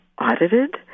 audited